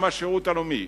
גם השירות הלאומי